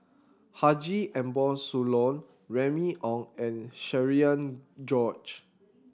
Haji Ambo Sooloh Remy Ong and Cherian George